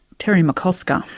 terry mccosker.